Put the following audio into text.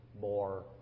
more